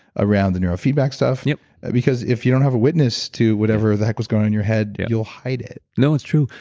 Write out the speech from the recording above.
around the neurofeedback stuff. yeah because if you don't have a witness to whatever the heck was going on your head, you'll hide it no, it's true.